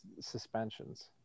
suspensions